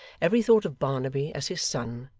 every thought of barnaby, as his son,